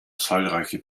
zahlreiche